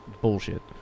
bullshit